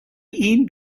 این